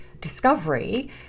discovery